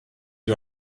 you